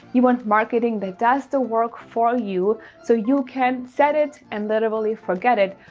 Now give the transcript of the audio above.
you want marketing that does the work for you so you can set it and literally forget it,